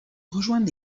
rejoindre